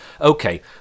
okay